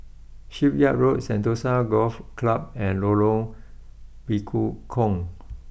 Shipyard Road Sentosa Golf Club and Lorong Bekukong